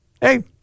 Hey